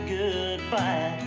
goodbye